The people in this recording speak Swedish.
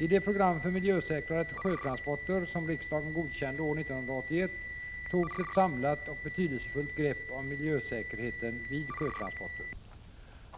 I det program för miljösäkrare sjötransporter som riksdagen godkände år 1981 togs ett samlat och betydelsefullt grepp om miljösäkerheten vid sjötransporter.